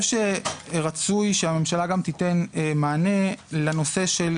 רצוי שהממשלה גם תיתן מענה לנושא של